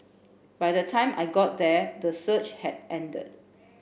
by the time I got there the surge had ended